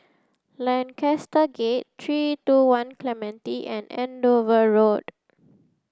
Lancaster Gate three two one Clementi and Andover Road